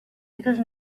because